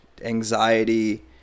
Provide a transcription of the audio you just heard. anxiety